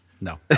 No